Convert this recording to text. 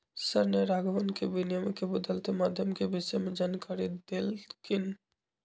sir ने राघवन के विनिमय के बदलते माध्यम के विषय में जानकारी देल खिन